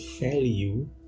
value